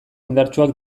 indartsuak